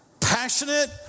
passionate